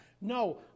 No